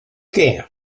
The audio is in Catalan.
què